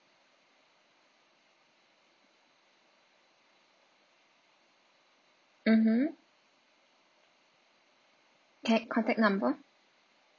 mmhmm can contact number